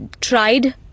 tried